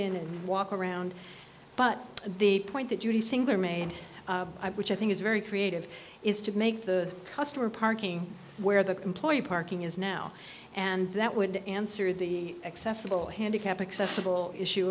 in and walk around but the point that judy singler made which i think is very creative is to make the customer parking where the employee parking is now and that would answer the accessible handicapped accessible issue